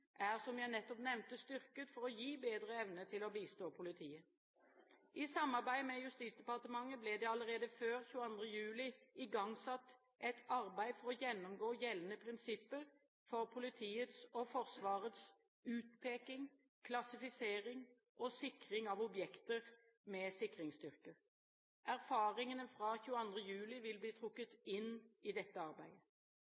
er, som jeg nettopp nevnte, styrket for å gi bedre evne til å bistå politiet. I samarbeid med Justisdepartementet ble det allerede før 22. juli igangsatt et arbeid for å gjennomgå gjeldende prinsipper for politiets og Forsvarets utpeking, klassifisering og sikring av objekter med sikringsstyrker. Erfaringene fra 22. juli vil bli trukket